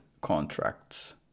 contracts